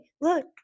look